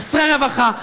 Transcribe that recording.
חסרי רווחה,